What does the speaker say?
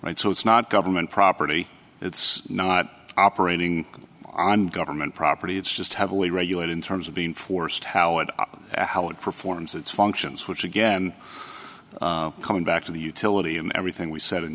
right so it's not government property it's not operating on government property it's just have we regulate in terms of being forced how it how it performs its functions which again coming back to the utility in everything we said in